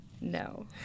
No